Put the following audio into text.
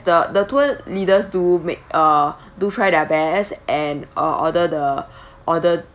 the the tour leader to make uh do try their best and uh order the order